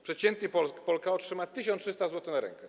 Przeciętnie Polka otrzyma 1300 zł na rękę.